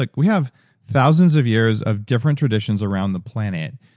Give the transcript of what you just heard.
like we have thousands of years of different traditions around the planet,